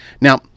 Now